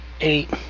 eight